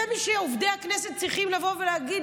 זה מי שעובדי הכנסת צריכים לבוא ולהגיד